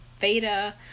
beta